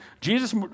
Jesus